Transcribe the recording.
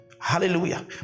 Hallelujah